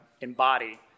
embody